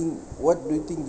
what do you think